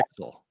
pixel